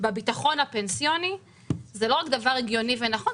בביטחון הפנסיוני זה לא רק דבר הגיוני ונכון,